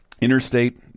interstate